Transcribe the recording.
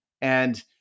And-